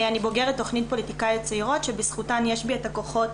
אני בוגרת תכנית פוליטיקאיות צעירות שבזכותה יש לי את הכוחות